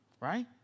Right